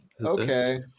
Okay